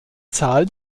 zahl